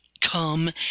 come